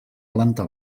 planta